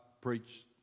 preach